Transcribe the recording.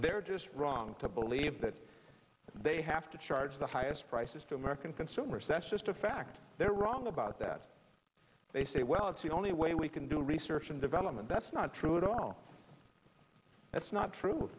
they're just wrong to believe that they have to charge the highest prices for american consumer sessions to fact they're wrong about that they say well it's the only way we can do research and development that's not true at all that's not true